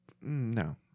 no